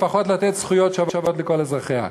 לפחות לתת זכויות שוות לכל אזרחיה.